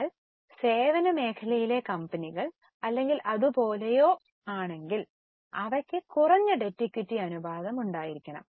എന്നാൽസേവനമേഖലയിലെ കമ്പനികൾ അല്ലെങ്കിൽ അത്പോലെയോ ആണെങ്കിൽ അവയ്ക്ക് കുറഞ്ഞ ഡെറ്റ് ഇക്വിറ്റി അനുപാതം ഉണ്ടായിരിക്കണം